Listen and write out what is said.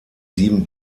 sieben